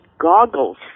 goggles